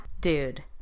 Dude